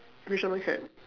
fisherman cap